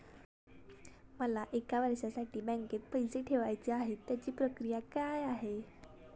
मला एक वर्षासाठी बँकेत पैसे ठेवायचे आहेत त्याची प्रक्रिया काय?